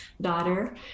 daughter